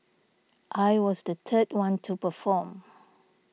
I was the third one to perform